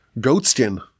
goatskin